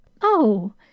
Oh